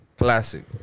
Classic